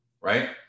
right